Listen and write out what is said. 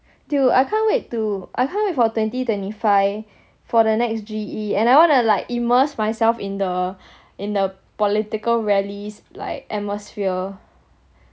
dude I can't wait to I can't wait for twenty twenty five for the next G_E and I wanna like immerse myself in the in the political rallies like atmosphere